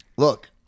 Look